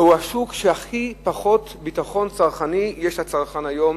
והוא השוק שיש בו הכי פחות ביטחון צרכני לצרכן היום,